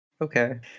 okay